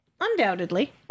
Undoubtedly